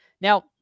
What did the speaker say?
Now